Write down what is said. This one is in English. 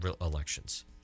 elections